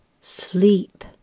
Sleep